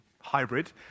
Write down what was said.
hybrid